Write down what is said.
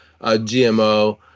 GMO